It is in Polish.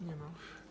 Nie ma.